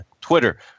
Twitter